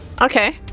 Okay